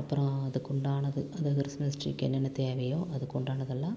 அப்புறம் அதுக்குண்டானது அந்த கிறிஸ்மஸ் ட்ரீக்கு என்னென்ன தேவையோ அதுக்குண்டானதெல்லாம்